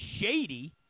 shady